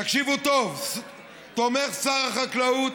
תקשיבו טוב, תומך שר החקלאות,